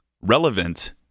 relevant